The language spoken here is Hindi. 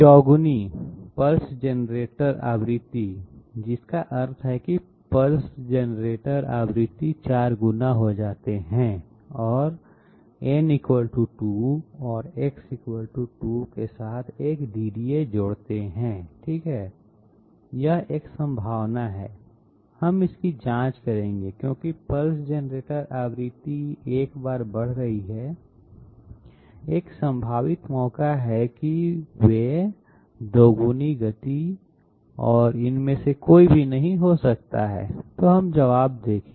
चौगुनी पल्स जनरेटर आवृत्ति जिसका अर्थ है कि पल्स जनरेटर आवृत्ति 4 गुना हो जाते हैं और n 2 और X 2 के साथ एक DDA जोड़ते हैं ठीक यह एक संभावना है हम इसकी जांच करेंगे क्योंकि पल्स जनरेटर आवृत्ति एक बार बढ़ रही है एक संभावित मौका है कि वे दोगुनी गति और इनमें में से कोई भी नहीं हो सकता है तो हम जवाब देखें